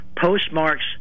Postmarks